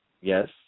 Yes